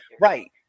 Right